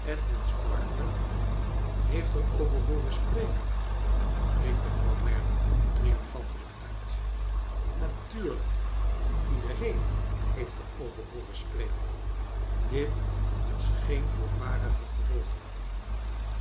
edmund sparkler heeft er over hooren spreken riep mevrouw merdle triomfantelijk uit natuurlijk iedereen heeft er over hooren spreken i dit was geen voorbarige gevolgtrekking